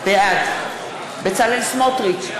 בעד בצלאל סמוטריץ,